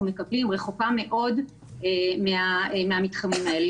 מקבלים רחוקה מאוד מן המתחמים האלה.